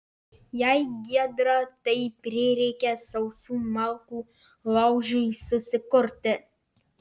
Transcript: jei giedra tai prireikia sausų malkų laužui susikurti